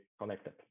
connected